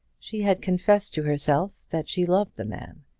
she had confessed to herself that she loved the man,